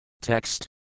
Text